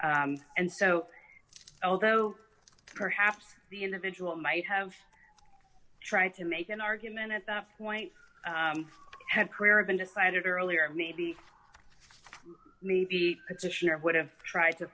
and so although perhaps the individual might have tried to make an argument at that point had career been decided earlier maybe maybe position or would have tried to